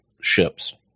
ships